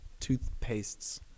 toothpastes